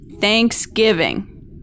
Thanksgiving